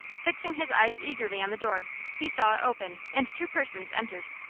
fixing his eyes eagerly on the door he saw it open, and two persons entered.